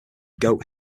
goat